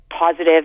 positive